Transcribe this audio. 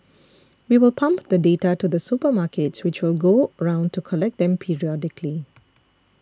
we will pump the data to the supermarkets which will go round to collect them periodically